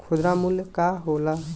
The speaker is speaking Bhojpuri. खुदरा मूल्य का होला?